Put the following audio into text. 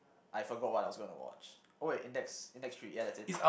I forgot what I was gonna watch oh wait index index three ya that's it